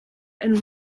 and